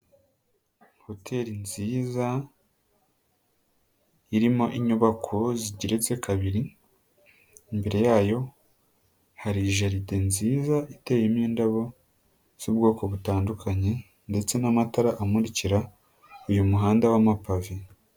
Hotel nziza irimo inyubako zigeretse kabiri, imbere yayo hari geride nziza iteyemo indabo z'ubwoko butandukanye ndetse n'amatara amurikira uyu muhanda wama pavi.